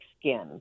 skin